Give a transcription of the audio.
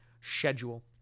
schedule